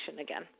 again